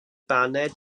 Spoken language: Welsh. baned